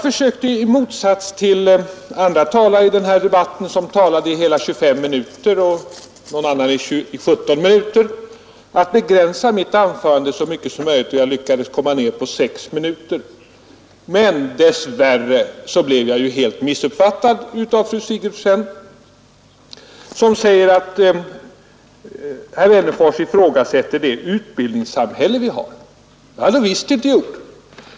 Två andra talare i denna debatt höll på i 25 respektive 17 minuter, och i motsats till dem försökte jag att begränsa mitt anförande så mycket som möjligt. Därigenom lyckades jag komma ned till sex minuter. Men dess värre blev jag därför helt missuppfattad av fru Sigurdsen, som sade att jag ifrågasatte det utbildningssamhälle som vi har. Det har jag visst inte gjort!